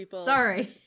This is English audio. sorry